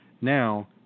now